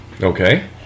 Okay